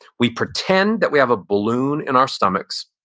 we pretend that we have a balloon in our stomachs.